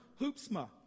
Hoopsma